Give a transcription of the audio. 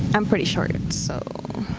i'm pretty short, so